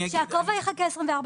בדיוק, שהכובע יחכה 24 שעות.